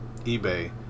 eBay